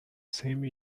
same